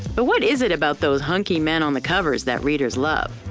but what is it about those hunky men on the covers that readers love?